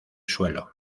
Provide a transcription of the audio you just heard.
suelo